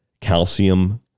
calcium